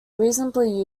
reasonably